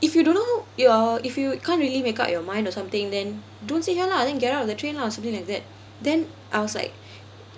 if you don't know your if you can't really make up your mind or something then don't sit here lah then get out of the train lah something like that then I was like